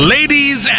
Ladies